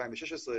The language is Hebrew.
זה ירד בהסכמה.